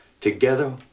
Together